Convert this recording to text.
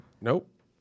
Nope